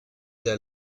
der